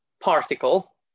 particle